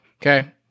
Okay